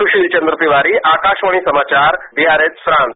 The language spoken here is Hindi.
सुशील चंद्र तिवारी आकाशवाणी समाचार बियारेत्ज फ्रांस